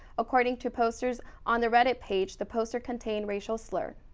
according to posters on the reddit page, the poster contained racial slur.